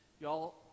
Y'all